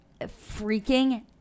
Freaking